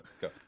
Go